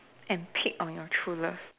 and pick on your true love